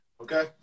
Okay